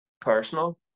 personal